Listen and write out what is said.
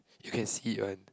you can see it one